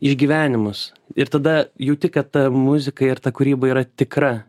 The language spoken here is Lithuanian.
išgyvenimus ir tada jauti kad ta muzikai ir ta kūryba yra tikra